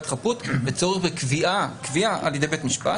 החפות וצורך בקביעה על ידי בית משפט.